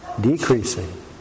decreasing